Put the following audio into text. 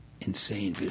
insane